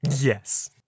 Yes